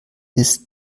ist